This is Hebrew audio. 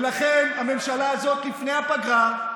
ולכן, הממשלה הזאת, לפני הפגרה,